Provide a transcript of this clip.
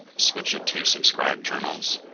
switch to subscribed journals.